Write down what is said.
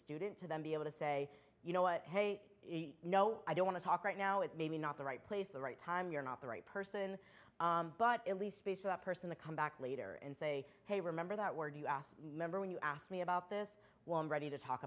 student to then be able to say you know what hey no i don't want to talk right now it may be not the right place the right time you're not the right person but at least space for that person to come back later and say hey remember that word you asked member when you asked me about this one ready to talk